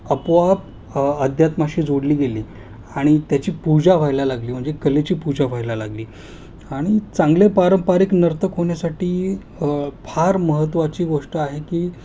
अपोआप अध्यात्माशी जोडली गेली आणि त्याची पूजा व्हायला लागली म्हणजे कलेची पूजा व्हायला लागली आणि चांगले पारंपरिक नर्तक होण्यासाठी फार महत्त्वाची गोष्ट आहे की